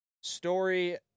story